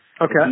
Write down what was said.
Okay